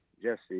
Jesse